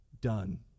done